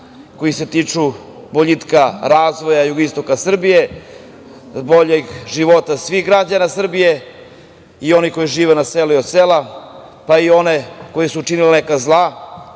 koji se tiču boljitka razvoja jugoistoka Srbije, boljeg života svih građana Srbije i onih koji žive na selu i od sela, pa i one koji su činili neka zla,